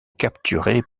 capturés